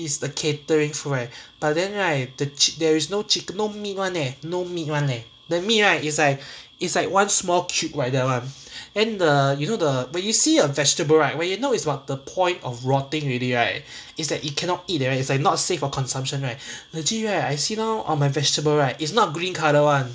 is the catering food right but then right the ch~ there is no chicken no meat [one] eh no meat [one] eh no the meat right is like is like one small cube like that [one] then the you know the when you see a vegetable right when you know it's about the point of rotting already right is that it cannot eat right it is like not safe for consumption right legit right I see now on my vegetable right it's not green colour [one]